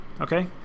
okay